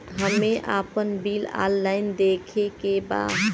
हमे आपन bill online देखे के बा?